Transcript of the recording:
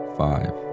five